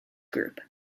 group